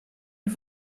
hun